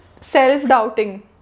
self-doubting